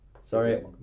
Sorry